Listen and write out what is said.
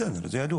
בסדר זה ידוע.